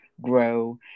grow